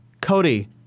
Cody